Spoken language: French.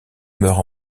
meurt